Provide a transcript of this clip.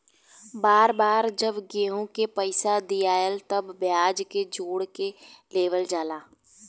बार बार जब केहू के पइसा दियाला तब ब्याज के जोड़ के लेवल जाला